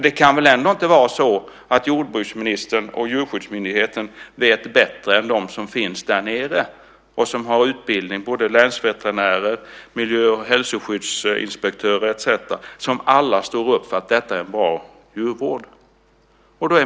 Det kan väl ändå inte vara så att jordbruksministern och Djursskyddsmyndigheten vet bättre än de som finns där nere och har utbildning? Det är länsveterinärer, miljö och hälsoskyddsinspektörer, etcetera som alla står upp för att detta är en bra djurvård.